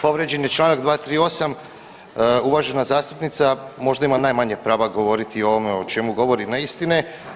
Povrijeđen je čl. 238, uvažena zastupnica možda ima najmanje prava govoriti o ovome o čemu govori neistine.